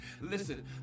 listen